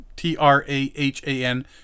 T-R-A-H-A-N